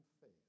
faith